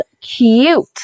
cute